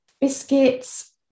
biscuits